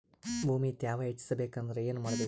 ಭೂಮಿ ತ್ಯಾವ ಹೆಚ್ಚೆಸಬೇಕಂದ್ರ ಏನು ಮಾಡ್ಬೇಕು?